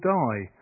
die